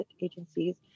agencies